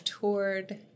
toured